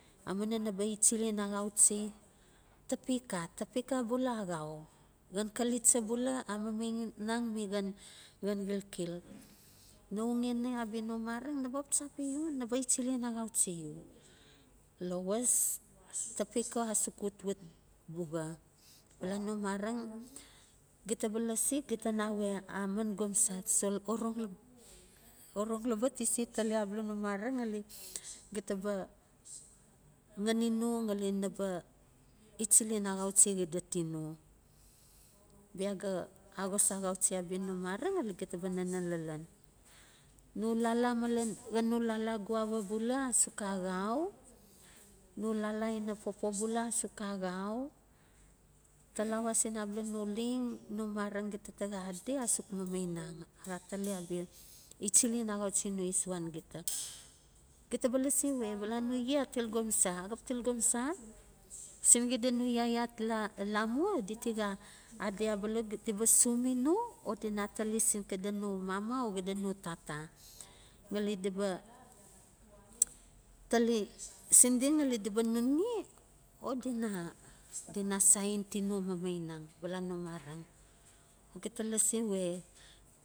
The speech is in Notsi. Amuina naba ichilen axauchi, tabeka, tabeka bula axau, xan xali cha bula a mamainang mi xan xan xilxil nawe u xani abia no mareng naba xap chapi u, naba-chilen axacuhi lowes tabeka asuk watwat buxa bala no mareng gita ba lasi gita bala no mareng gita ba lasi gita na we a mein gomsa, sol orong orong laba ti se tali abala no mareng ngali gita ba ngani no ngali naba ichilen achouchi xido. tina. Bia ga axos axauchi no mareng ngali gita ba nanen lalab. No lala malen, xeno lala guava bula asuk axauno lala ina pawpaw bula asuk axau talawa sin abala no leno no mareng gita taxa adi asuk mamainang a tali abia a ichilen axauchi no isuan gita gita ba lasi we bala no ye a til gomsa axap till goms-axap til gomsa sin xide no yaya lamua diti xa adi abala di ba sumi no a dina tali sin xida no mama o xida no tata ngali di ba tali sin di o diba nunxi o dina saye tuno mamainang ba sayen tino mamainang bala no mareng gita lasi we.